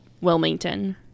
Wilmington